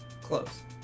Close